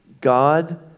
God